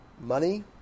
money